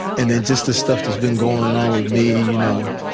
and then just the stuff that's been going on with me, you know,